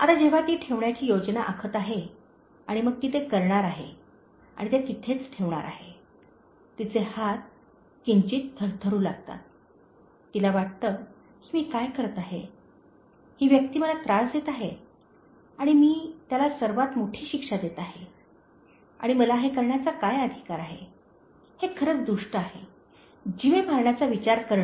आता जेव्हा ती ठेवण्याची योजना आखत आहे आणि मग ती ते करणार आहे आणि ते तिथेच ठेवणार आहे तिचे हात किंचित थरथरू लागतात तिला वाटते की मी काय करीत आहे ही व्यक्ती मला त्रास देत आहे आणि मग मी त्याला सर्वात मोठी शिक्षा देत आहे आणि मला हे करण्याचा काय अधिकार आहे हे खरेच दुष्ट आहे जिवे मारण्याचा विचार करणे